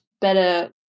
better